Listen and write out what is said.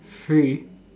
free